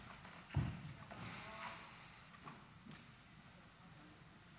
חבר הכנסת